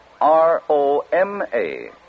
R-O-M-A